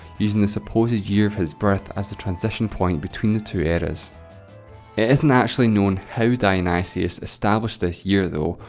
using the supposed year of his birth as the transition point between the two eras. it isn't actually known how dionysius established this year though.